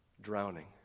drowning